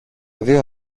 δυο